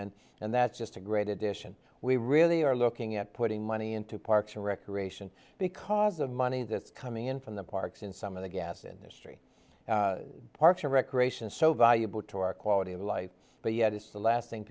and and that's just a great addition we really are looking at putting money into parks and recreation because the money that's coming in from the parks in some of the gas industry parks or recreation so valuable to our quality of life but yet it's the last thing